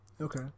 Okay